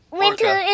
winter